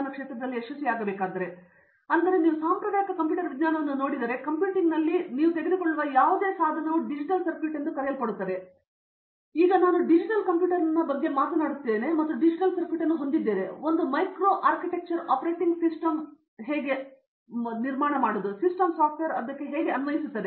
ಕಾಮಕೋಟಿ ಆದ್ದರಿಂದ ನೀವು ಸಾಂಪ್ರದಾಯಿಕ ಕಂಪ್ಯೂಟರ್ ವಿಜ್ಞಾನವನ್ನು ನೋಡಿದರೆ ಕಂಪ್ಯೂಟಿಂಗ್ನಲ್ಲಿ ನೀವು ತೆಗೆದುಕೊಳ್ಳುವ ಯಾವುದೇ ಸಾಧನವು ಡಿಜಿಟಲ್ ಸರ್ಕ್ಯೂಟ್ ಎಂದು ಕರೆಯಲ್ಪಡುತ್ತದೆ ಮತ್ತು ಇದರ ಮೇಲೆ ನಾನು ಡಿಜಿಟಲ್ ಕಂಪ್ಯೂಟರ್ನ ಬಗ್ಗೆ ಮಾತನಾಡುತ್ತಿದ್ದೇನೆ ನಾನು ಡಿಜಿಟಲ್ ಸರ್ಕ್ಯೂಟ್ ಅನ್ನು ಹೊಂದಿದ್ದೇನೆ ನಂತರ ಒಂದು ಮೈಕ್ರೊ ಆರ್ಕಿಟೆಕ್ಚರ್ ಆಪರೇಟಿಂಗ್ ಸಿಸ್ಟಮ್ ನಂತರ ಸಿಸ್ಟಮ್ ಸಾಫ್ಟ್ವೇರ್ ಅನ್ನು ಅನ್ವಯಿಸುತ್ತದೆ